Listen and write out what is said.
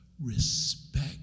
respect